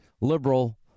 liberal